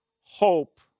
hope